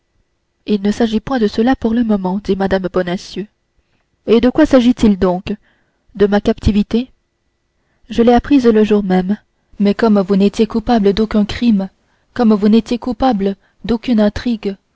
il ne s'agit point de cela pour le moment dit mme bonacieux et de quoi s'agit-il donc de ma captivité je l'ai apprise le jour même mais comme vous n'étiez coupable d'aucun crime comme vous n'étiez complice d'aucune intrigue